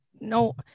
no